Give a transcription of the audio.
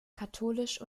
katholisch